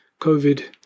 COVID